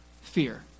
fear